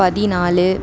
பதினாழு